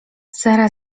sara